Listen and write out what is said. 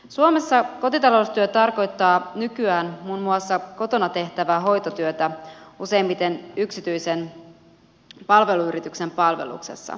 suomessa kotitaloustyö tarkoittaa nykyään muun muassa kotona tehtävää hoitotyötä useimmiten yksityisen palveluyrityksen palveluksessa